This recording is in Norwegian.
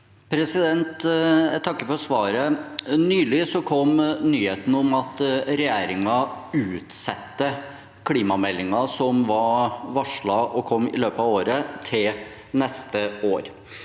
Jeg takker for svaret. Nylig kom nyheten om at regjeringen utsetter klimameldingen, som var varslet å komme i løpet av året, til neste år.